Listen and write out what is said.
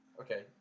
Okay